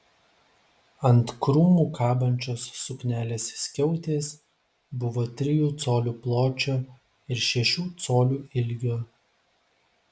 ant krūmų kabančios suknelės skiautės buvo trijų colių pločio ir šešių colių ilgio